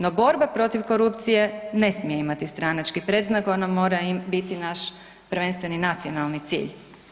No borba protiv korupcije ne smije imati stranački predznak, ona mora biti naš prvenstveni nacionalni cilj.